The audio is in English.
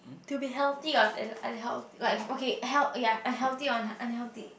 to be healthy or unheal~ like okay health ya healthy or unhealthy